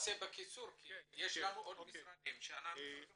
בקיצור כי יש עוד משרדים שאנחנו צריכים לשמוע.